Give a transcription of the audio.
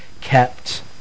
kept